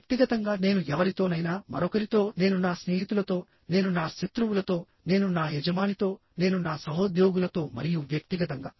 వ్యక్తిగతంగాః నేను ఎవరితోనైనా మరొకరితో నేను నా స్నేహితులతో నేను నా శత్రువులతో నేను నా యజమానితో నేను నా సహోద్యోగులతో మరియు వ్యక్తిగతంగా